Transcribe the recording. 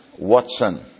Watson